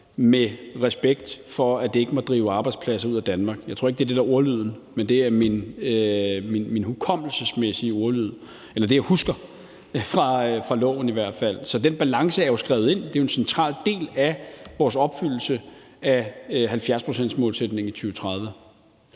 med respekt for, at det ikke må drive arbejdspladser ud af Danmark. Jeg tror ikke, at det er det, der er ordlyden, men det er det, jeg i hvert fald husker fra loven. Så den balance er jo skrevet ind, og det er en central del af vores opfyldelse af 70-procentsmålsætningen i 2030.